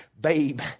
babe